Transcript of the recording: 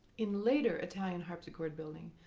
in later italian harpsichord building,